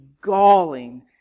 galling